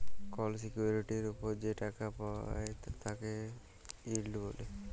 call সিকিউরিটির ওপর যে টাকা পাওয়াক হ্যয় তাকে ইল্ড ব্যলে